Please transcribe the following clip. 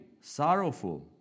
sorrowful